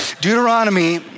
Deuteronomy